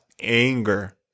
anger